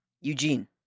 Eugene